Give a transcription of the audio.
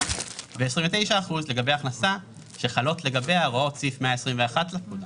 ו-29 אחוזים לגבי הכנסה שחלות לגביה הוראות סעיף 121 לפקודה,